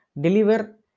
deliver